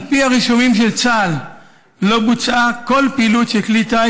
על פי הרישומים של צה"ל לא בוצעה כל פעילות של כלי טיס